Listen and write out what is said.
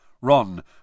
Ron